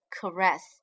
caress